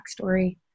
backstory